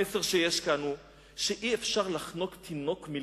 המסר שיש כאן, שאי-אפשר לחנוק תינוק מלגדול,